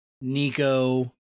Nico